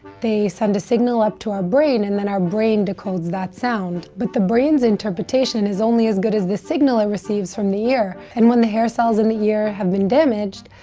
they send a signal up to our brain, and then our brain decodes the sound. but the brain's interpretation is only as good as the signal it receives from the ear. and when the hair cells in the ear have been damaged,